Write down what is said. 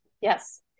Yes